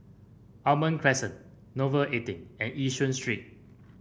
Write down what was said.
Almond Crescent Nouvel eighteen and Yishun Street